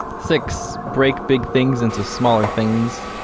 six, break big things into smaller things.